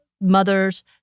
mothers